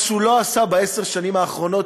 מה שהוא לא עשה בעשר השנים האחרונות,